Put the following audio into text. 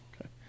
okay